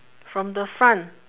from the front